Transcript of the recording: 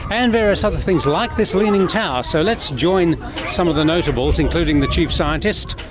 and various other things like this leaning tower. so let's join some of the notables, including the chief scientist,